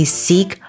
seek 。